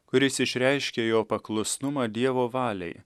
kuris išreiškia jo paklusnumą dievo valiai